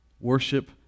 worship